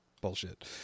bullshit